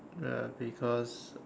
uh because